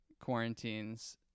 quarantines